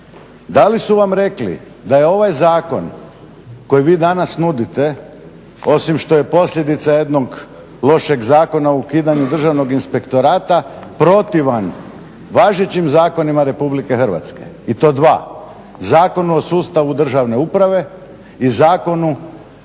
Da li su vam rekli da je ovaj zakon koji vi danas nudite osim što je posljedica jednog lošeg zakona o ukidanju Državnog inspektorata protivan važećim zakonima RH i to dva – Zakonu o sustavu državne uprave i zakonu